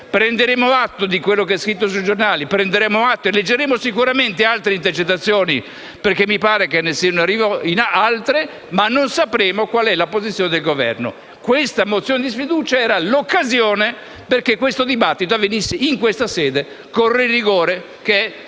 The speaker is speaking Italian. Prenderemo atto di quello che verrà scritto sui giornali e leggeremo sicuramente altre intercettazioni (perché mi pare che ne siano in arrivo altre), ma non sapremo qual è la posizione del Governo. Questa mozione di sfiducia era l'occasione perché questo dibattito avvenisse in questa sede, con il rigore che è tipico